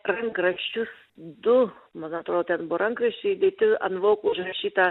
rankraščius du man atrodo ten buvo rankraščiai dėti ant voko užrašyta